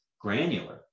granular